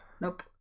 Nope